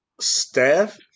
staff